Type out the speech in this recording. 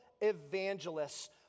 evangelists